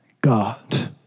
God